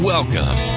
Welcome